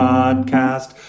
Podcast